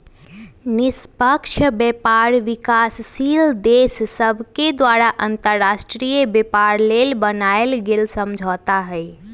निष्पक्ष व्यापार विकासशील देश सभके द्वारा अंतर्राष्ट्रीय व्यापार लेल बनायल गेल समझौता हइ